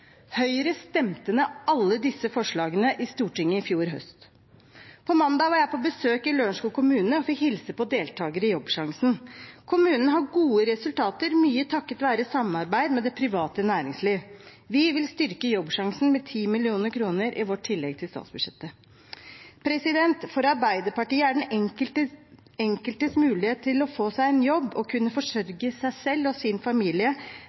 Høyre stemte ned alle disse forslagene i Stortinget i fjor høst. Mandag var jeg på besøk i Lørenskog kommune og fikk hilse på deltakere i Jobbsjansen. Kommunen har gode resultater, mye takket være samarbeid med det private næringslivet. Vi vil styrke Jobbsjansen med 10 mill. kr i vårt tillegg til statsbudsjettet. For Arbeiderpartiet er den enkeltes mulighet til å få seg en jobb og kunne forsørge seg selv og sin familie